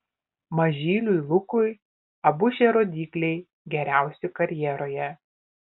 mažyliui lukui abu šie rodikliai geriausi karjeroje